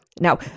Now